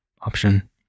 option